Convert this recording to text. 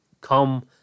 come